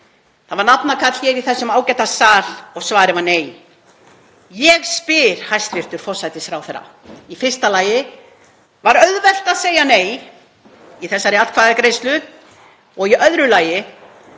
Það var nafnakall hér í þessum ágæta sal og svarið var nei. Ég spyr hæstv. forsætisráðherra. Í fyrsta lagi: Var auðvelt að segja nei í þessari atkvæðagreiðslu? Í öðru lagi: